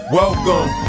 welcome